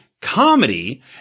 comedy